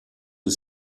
was